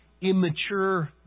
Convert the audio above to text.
immature